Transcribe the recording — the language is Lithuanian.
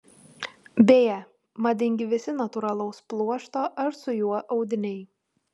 beje madingi visi natūralaus pluošto ar su juo audiniai